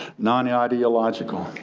non-ideological.